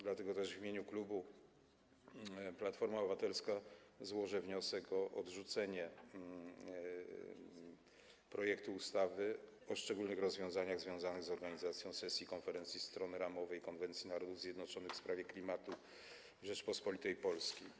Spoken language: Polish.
Dlatego też w imieniu klubu Platforma Obywatelska złożę wniosek o odrzucenie projektu ustawy o szczególnych rozwiązaniach związanych z organizacją sesji Konferencji Stron Ramowej konwencji Narodów Zjednoczonych w sprawie zmian klimatu w Rzeczypospolitej Polskiej.